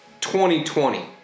2020